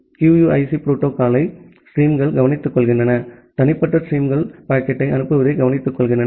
QUIC புரோட்டோகால்யை ஸ்ட்ரீம்கள் கவனித்துக்கொள்கின்றன தனிப்பட்ட ஸ்ட்ரீம்களுக்கு பாக்கெட்டை அனுப்புவதை கவனித்துக்கொள்கின்றன